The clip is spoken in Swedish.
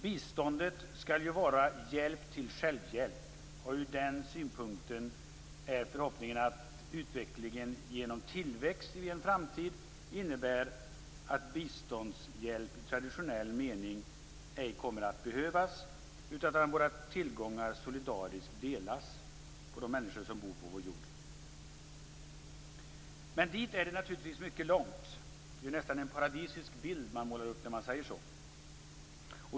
Biståndet skall ju vara hjälp till självhjälp, och från den synpunkten är förhoppningen att utvecklingen genom tillväxt i en framtid kommer att medföra att biståndshjälp i traditionell mening ej kommer att behövas, utan att våra tillgångar solidariskt delas mellan de människor som bor på vår jord. Dit är det naturligtvis mycket långt. Det är nästan en paradisisk bild man målar upp när man säger så.